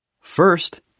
First